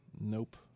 Nope